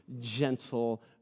gentle